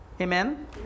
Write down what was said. Amen